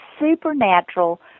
supernatural